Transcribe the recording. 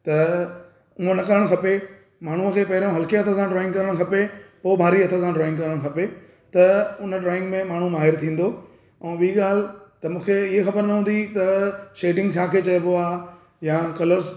त उहो न करणु खपे माण्हूअ खे पहिरों हल्के हथ सां ड्रॉइंग करणु खपे पोइ भारी हथ सां ड्रॉइंग करणु खपे त उन ड्रॉइंग में माण्हू माहिर थींदो ऐं ॿीं ॻाल्हि त मूंखे इहे ख़बर न हूंदी त शेडिंग छाखे चइॿो आहे या कलर्स